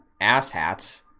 asshats